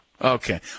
Okay